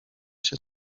się